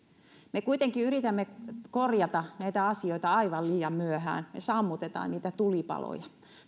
me kuitenkin yritämme korjata näitä asioita aivan liian myöhään me sammutamme niitä tulipaloja